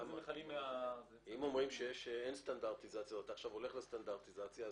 אם אתה הולך לסטנדרטיזציה,